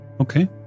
Okay